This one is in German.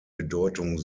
bedeutung